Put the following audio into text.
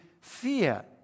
fear